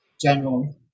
general